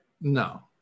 No